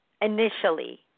initially